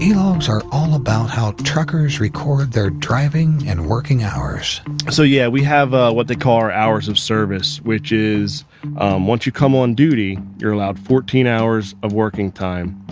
e-logs are all about how truckers record their driving and working hours so yeah, we have ah what they call our hours of service, which is once you come on duty, you're allowed fourteen hours of working time.